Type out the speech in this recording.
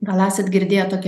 gal esat girdėję tokią